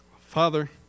Father